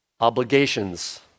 obligations